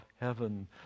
heaven